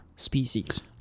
species